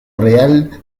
real